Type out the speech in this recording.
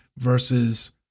versus